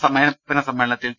സമാപന സമ്മേളനത്തിൽ ടി